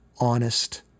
honest